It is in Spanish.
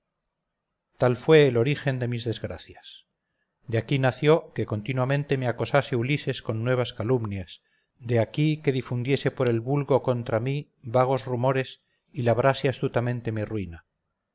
tal fue el origen de mis desgracias de aquí nació que continuamente me acosase ulises con nuevas calumnias de aquí que difundiese por el vulgo contra mí vagos rumores y labrase astutamente mi ruina